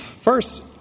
First